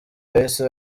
yahise